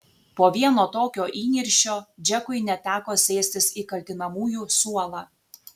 po vieno tokio įniršio džekui net teko sėstis į kaltinamųjų suolą